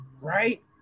right